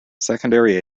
secondary